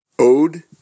Ode